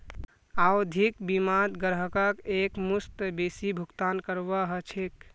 आवधिक बीमात ग्राहकक एकमुश्त बेसी भुगतान करवा ह छेक